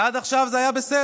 עד עכשיו זה היה בסדר,